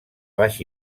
baix